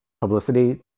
publicity